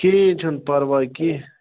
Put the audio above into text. کِہیٖنۍ چھُنہٕ پرواے کیٚنٛہہ